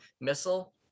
Missile